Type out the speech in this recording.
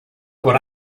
por